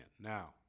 now